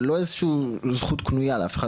זה לא איזה שהוא זכות קנויה לאף אחד,